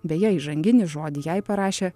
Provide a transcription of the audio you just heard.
beje įžanginį žodį jai parašė